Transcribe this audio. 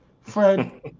Fred